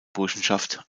burschenschaft